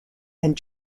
and